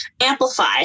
amplify